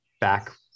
back